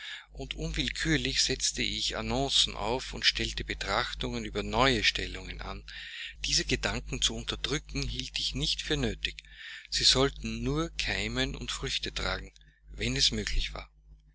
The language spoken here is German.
und unwillkürlich setzte ich annoncen auf und stellte betrachtungen über neue stellungen an diese gedanken zu unterdrücken hielt ich nicht für nötig sie sollten nur keimen und früchte tragen wenn es möglich war